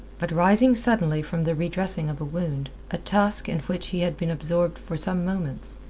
but rising suddenly from the re-dressing of a wound, a task in which he had been absorbed for some moments,